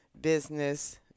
business